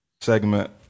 segment